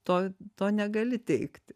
to to negali teigti